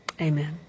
Amen